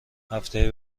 هفته